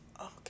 Okay